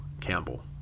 Campbell